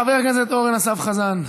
חבר הכנסת אורן אסף חזן.